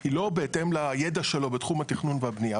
היא לא בהתאם לידע שלו בתחום התכונן והבנייה.